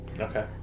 Okay